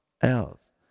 else